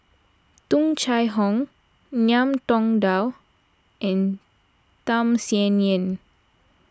Tung Chye Hong Ngiam Tong Dow and Tham Sien Yen